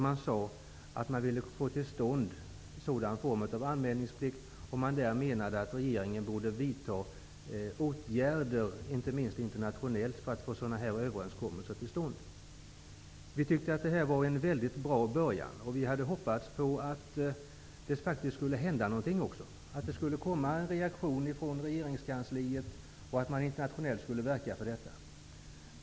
Man sade att man ville få till stånd sådan anmälningsplikt och att regeringen borde vidta åtgäder, inte minst internationellt, för att få sådana överenskommelser till stånd. Vi tyckte att det här var en mycket bra början. Vi hade hoppats på att det faktiskt skulle hända någonting också -- att det skulle komma en reaktion ifrån regeringskansliet och att man internationellt skulle verka för detta.